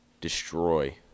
destroy